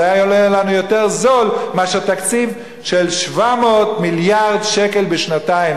זה היה עולה לנו יותר זול מאשר תקציב של 700 מיליארד שקל בשנתיים,